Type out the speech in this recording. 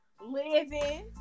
Living